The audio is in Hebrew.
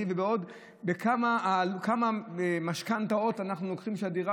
ובעוד בכמה משכנתאות אנחנו לוקחים לדירה.